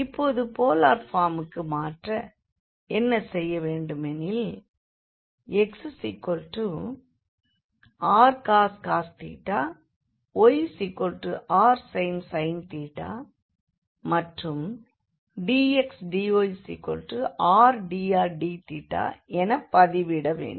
இப்போது போலார் ஃபார்முக்கு மாற்ற என்ன செய்ய வேண்டுமெனில் xrcos yrsin மற்றும் dx dy rdrdθ என பதிவிட வேண்டும்